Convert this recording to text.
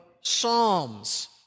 psalms